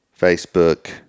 Facebook